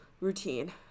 routine